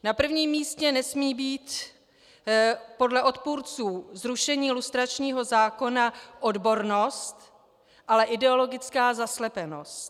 Na prvním místě nesmí být podle odpůrců zrušení lustračního zákona odbornost, ale ideologická zaslepenost.